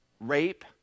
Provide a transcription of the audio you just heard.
rape